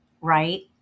right